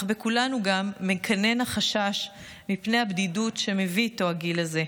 אך בכולנו גם מקנן החשש מפני הבדידות שמביא איתו הגיל הזה,